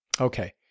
Okay